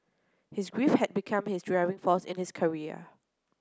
his grief had become his driving force in his career